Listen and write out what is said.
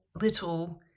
little